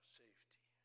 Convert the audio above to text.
safety